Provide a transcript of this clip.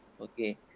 Okay